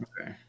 Okay